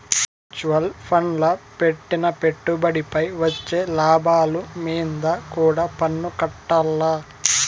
mutual ఫండ్ల పెట్టిన పెట్టుబడిపై వచ్చే లాభాలు మీంద కూడా పన్నుకట్టాల్ల